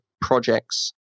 projects